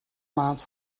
maand